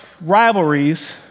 rivalries